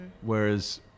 Whereas